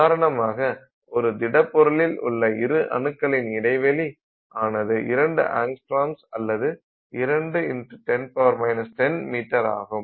உதாரணமாய் ஒரு திடப் பொருளில் உள்ள இரு அணுக்களின் இடைவெளி ஆனது 2 ஆங்குஸ்டிராங் அல்லது 2×10 10 மீட்டராகும்